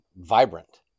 vibrant